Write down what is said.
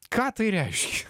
ką tai reiškia